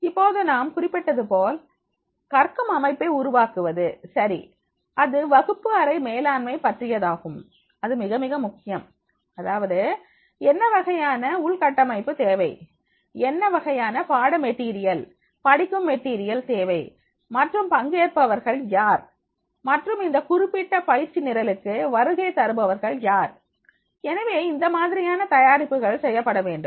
இப்போது நான் குறிப்பிட்டதுபோல் கற்கும் அமைப்பை உருவாக்குவது சரி அது வகுப்பு அறை மேலாண்மை பற்றியதாகும் அது மிக மிக முக்கியம் அதாவது என்ன வகையான உள்கட்டமைப்பு தேவை என்ன வகையான பாட மெட்டீரியல் படிக்கும் மெட்டீரியல் தேவை மற்றும் பங்கேற்பவர்கள் யார் மற்றும் இந்த குறிப்பிட்ட பயிற்சி நிரலுக்கு வருகை தருபவர்கள் யார் எனவே இந்த மாதிரியான தயாரிப்புகள் செய்யப்பட வேண்டும்